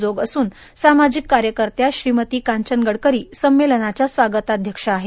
जोग असून सामाजिक कार्यकर्त्या श्रीमती कोचन गडकरी समेलनाच्या स्वागताध्यक्षा आहेत